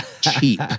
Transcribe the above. Cheap